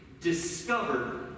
discovered